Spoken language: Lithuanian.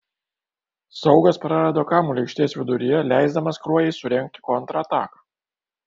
saugas prarado kamuolį aikštės viduryje leisdamas kruojai surengti kontrataką